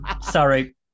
Sorry